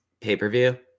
pay-per-view